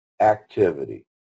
activity